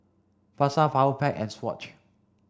Pasar Powerpac and Swatch